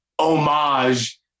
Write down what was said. homage